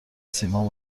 سیمان